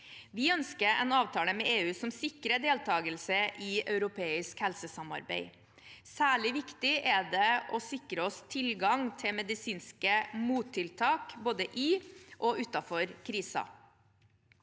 Vi ønsker en avtale med EU som sikrer deltakelse i europeisk helsesamarbeid. Særlig viktig er det å sikre tilgang til medisinske mottiltak, både i og utenfor kriser.